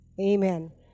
Amen